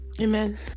amen